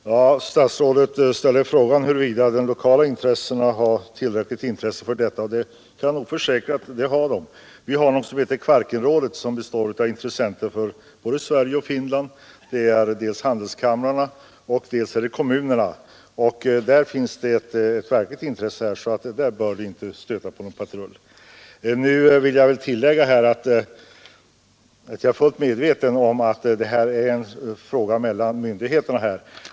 Herr talman! Statsrådet ställer frågan huruvida det lokalt finns tillräckligt intresse för detta, och jag kan nog försäkra att det finns. Vi har någonting som heter Kvarkenrådet och som består av intressenter från både Sverige och Finland — dels handelskamrarna och dels kommunerna. Där finns det ett verkligt intresse så där bör man inte stöta på patrull. Nu vill jag tillägga att jag är fullt medveten om att detta är en fråga mellan myndigheterna.